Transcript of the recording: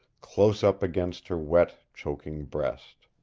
close up against her wet, choking breast.